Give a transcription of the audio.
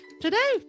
Today